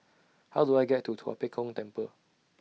How Do I get to Tua Pek Kong Temple